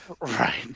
right